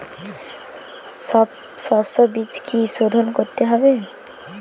সব শষ্যবীজ কি সোধন করতে হবে?